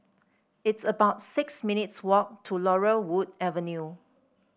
it's about six minutes' walk to Laurel Wood Avenue